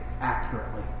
accurately